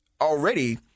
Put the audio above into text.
already